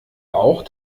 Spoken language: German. auch